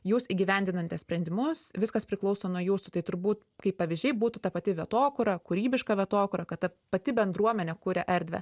jūs įgyvendinantys sprendimus viskas priklauso nuo jūsų tai turbūt kaip pavyzdžiai būtų ta pati vietokūra kūrybiška vietokūra kad ta pati bendruomenė kuria erdvę